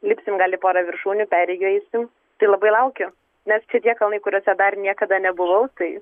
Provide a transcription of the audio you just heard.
lipsim gal į pora viršūnių perėjų eisim tai labai laukiu nes čia tie kalnai kuriuose dar niekada nebuvau tai